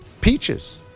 peaches